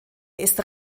ist